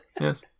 Yes